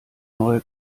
neue